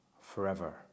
forever